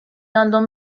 għandhom